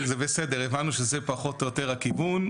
בסדר, הבנו שזה פחות או יותר הכיוון.